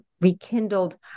rekindled